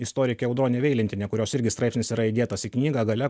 istorikė audronė veilentienė kurios irgi straipsnis yra įdėtas į knygą gale